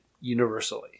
universally